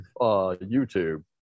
YouTube